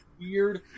weird